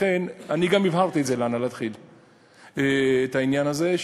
גם הבהרתי להנהלת כי"ל את העניין הזה,